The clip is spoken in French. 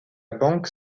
banque